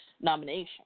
nomination